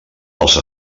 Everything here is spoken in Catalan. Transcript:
dels